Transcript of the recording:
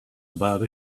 about